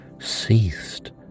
ceased